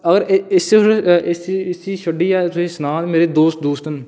अगर इस्सी तुस इस्सी इसी छोड़ियै तुसें सनां तां मेरे दो दोस्त न